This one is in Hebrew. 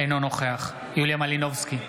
אינו נוכח יוליה מלינובסקי,